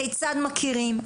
כיצד מכירים,